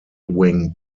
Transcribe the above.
wing